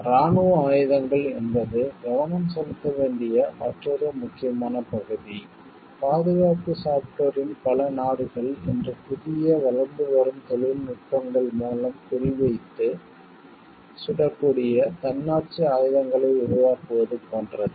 இராணுவ ஆயுதங்கள் என்பது கவனம் செலுத்த வேண்டிய மற்றொரு முக்கியமான பகுதி பாதுகாப்பு சாப்ட்வேரின் பல நாடுகள் இன்று புதிய வளர்ந்து வரும் தொழில்நுட்பங்கள் மூலம் குறிவைத்து சுடக்கூடிய தன்னாட்சி ஆயுதங்களை உருவாக்குவது போன்றது